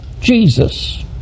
Jesus